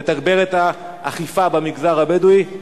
לתגבר את האכיפה במגזר הבדואי,